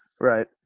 Right